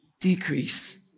decrease